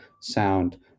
sound